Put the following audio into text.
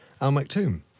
al-Maktoum